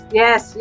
yes